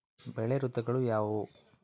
ಬೆಳೆ ಋತುಗಳು ಯಾವ್ಯಾವು?